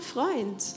Freund